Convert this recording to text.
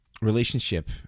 relationship